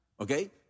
okay